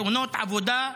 תאונות עבודה,